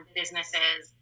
businesses